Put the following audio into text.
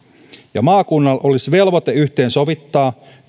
ja maakunnalla olisi velvoite yhteensovittaa